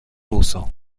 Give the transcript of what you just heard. ruso